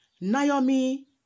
Naomi